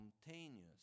spontaneous